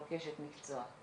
לא כאשת מקצוע,